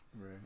Right